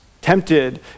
tempted